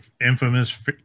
infamous